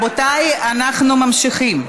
רבותיי, אנחנו ממשיכים.